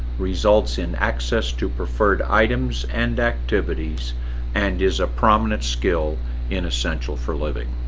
results in access to preferred items and activities and is a prominent skill in essential for living.